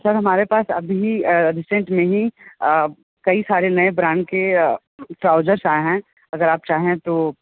sir हमारे पास अभी रीसेंट में ही कई सारे नए ब्रांड के ट्राउजर्स आए हैं अगर आप चाहें तो